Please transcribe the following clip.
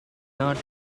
not